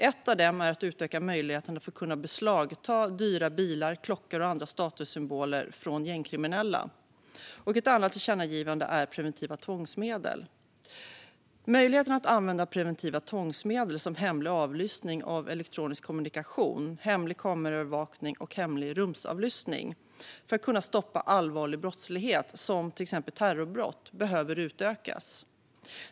Ett av dem gäller att utöka möjligheterna att beslagta dyra bilar, klockor och andra statussymboler från gängkriminella, och ett annat tillkännagivande gäller preventiva tvångsmedel. Möjligheten att använda preventiva tvångsmedel som hemlig avlyssning av elektronisk kommunikation, hemlig kameraövervakning och hemlig rumsavlyssning för att kunna stoppa allvarlig brottslighet som till exempel terrorbrott behöver utökas.